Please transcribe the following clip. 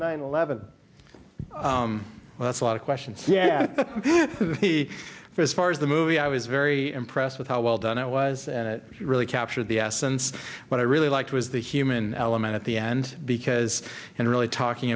nine eleven well that's a lot of questions yeah the for as far as the movie i was very impressed with how well done it was and it really captured the essence but i really liked was the human element at the end because and really talking